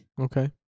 Okay